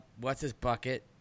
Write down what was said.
what's-his-bucket